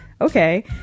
Okay